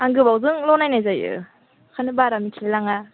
आं गोबावजोंल' नायनाय जायो बेनिखायनो बारा मिथिलाय लांआ